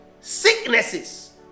sicknesses